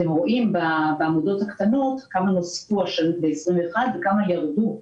אתם רואים בעמודות הקטנות כמה נוספו בשנת 2021 וכמה ירדו,